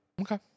Okay